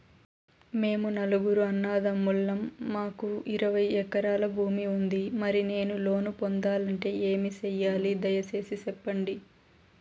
మేము నలుగురు అన్నదమ్ములం మాకు ఇరవై ఎకరాల భూమి ఉంది, మరి నేను లోను పొందాలంటే ఏమి సెయ్యాలి? దయసేసి సెప్పండి?